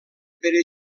pere